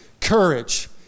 courage